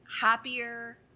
happier